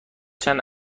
چند